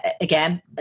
again